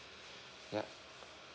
yup